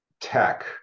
tech